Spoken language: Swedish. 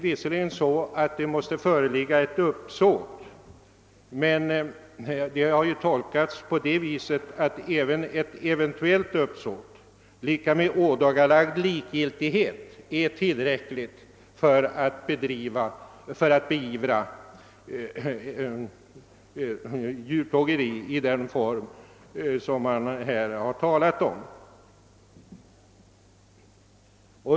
Visserligen måste det föreligga ett uppsåt, men lagtexten har tolkats så att även ett eventuellt uppsåt är lika med ådagalagd likgiltighet och bör vara tillräckligt för att beivra djurplågeri i den form som här har påtalats.